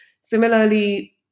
Similarly